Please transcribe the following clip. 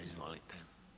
Izvolite.